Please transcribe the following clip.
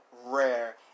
rare